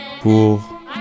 Pour